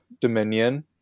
dominion